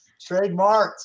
Trademarked